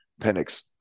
penix